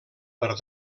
per